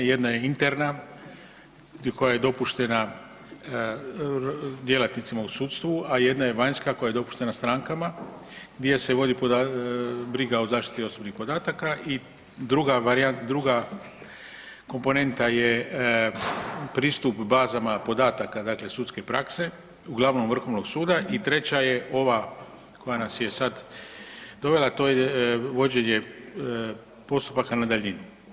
Jedna je interna, dakle koja je dopuštena djelatnicima u sudstvu, a jedna je vanjska koja je dopuštena strankama gdje se vodi briga o zaštiti osobnih podataka i druga varijante, druga komponenta je pristup bazama podataka, dakle sudske prakse, uglavnom vrhovnog suda i treća je ova koja nas je sad dovela, to je vođenje postupaka na daljinu.